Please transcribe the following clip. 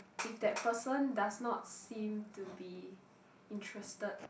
if that person does not seem to be interested